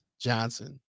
Johnson